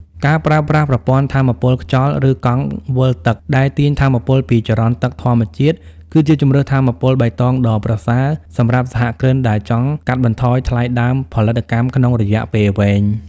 ការប្រើប្រាស់ប្រព័ន្ធថាមពលខ្យល់ ឬកង់វិលទឹកដែលទាញថាមពលពីចរន្តទឹកធម្មជាតិ គឺជាជម្រើសថាមពលបៃតងដ៏ប្រសើរសម្រាប់សហគ្រិនដែលចង់កាត់បន្ថយថ្លៃដើមផលិតកម្មក្នុងរយៈពេលវែង។